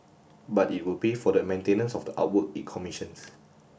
but it will pay for the maintenance of the artwork it commissions